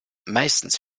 meistens